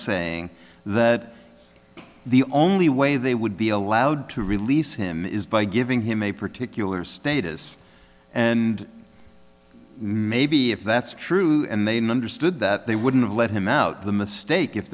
saying that the only way they would be allowed to release him is by giving him a particular status and maybe if that's true and they number stood that they wouldn't have let him out the mistake if